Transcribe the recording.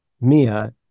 Mia